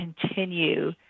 continue